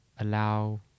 allow